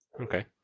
Okay